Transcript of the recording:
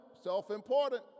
self-important